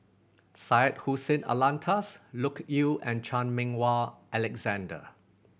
Syed Hussein Alatas Loke Yew and Chan Meng Wah Alexander